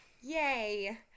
Yay